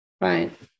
Right